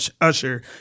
Usher